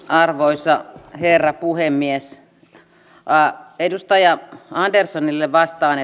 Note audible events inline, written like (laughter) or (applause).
arvoisa herra puhemies edustaja anderssonille vastaan (unintelligible)